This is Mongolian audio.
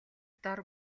дор